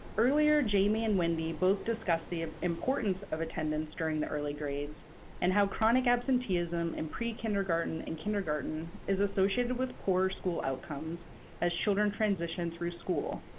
earlier, jaimie and wendy both discussed the importance of attendance during the early grades and how chronic absenteeism in prekindergarten and kindergarten is associated with poor school outcomes as children transition through school,